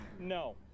No